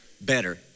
better